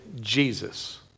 Jesus